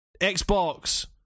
Xbox